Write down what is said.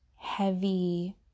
heavy